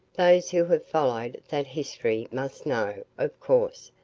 those who have followed that history must know, of course,